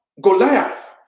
Goliath